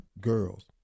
girls